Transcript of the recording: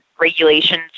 regulations